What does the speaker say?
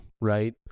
right